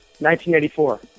1984